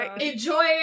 Enjoy